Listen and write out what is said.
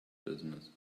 business